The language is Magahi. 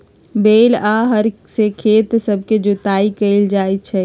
बैल आऽ हर से खेत सभके जोताइ कएल जाइ छइ